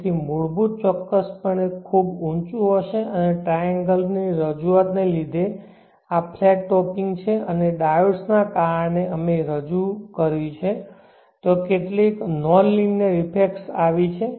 તેથી મૂળભૂત ચોક્કસપણે ખૂબ ઊંચું હશે અને ટ્રાયેન્ગલ ની રજૂઆતને લીધે આ ફ્લેટ ટોપિંગ છે અને ડાયોડ્સને કારણે કે અમે રજૂ કર્યું છે ત્યાં કેટલીક નોનલિનિયર ઇફેક્ટ્સ આવી છે